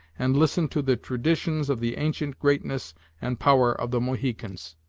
and listen to the traditions of the ancient greatness and power of the mohicans!